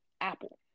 Apple